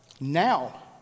now